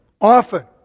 often